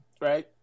right